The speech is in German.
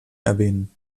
erwähnen